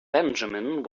benjamin